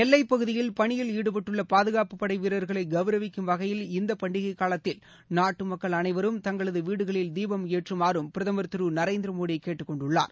எல்லைப் பகுதியில் பணியில் ஈடுபட்டுள்ள பாதுகாப்புப் படை வீரர்களை கவுரவிக்கும் வகையில் இந்தப் பண்டிகைக் காலத்தில் நாட்டுமக்கள் அனைவரும் தங்களது வீடுகளில் தீபம் ஏற்றுமாறு பிரதமர் திரு நரேந்திர மோடி கேட்டுக் கொண்டுள்ளார்